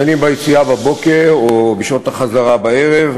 אם ביציאה בבוקר או בשעות החזרה בערב,